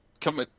come